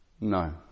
No